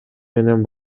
менен